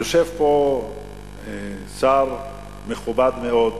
יושב פה שר מכובד מאוד,